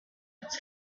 its